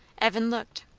evan looked.